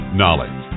knowledge